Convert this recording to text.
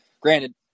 Granted